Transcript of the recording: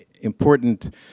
important